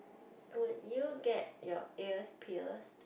would you get your ear pierced